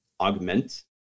augment